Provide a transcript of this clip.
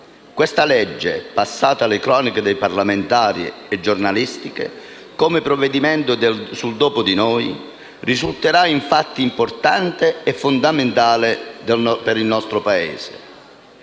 Questa legge passata alle cronache parlamentari e giornalistiche come provvedimento sul "dopo di noi", risulterà infatti importante e fondamentale per il nostro Paese.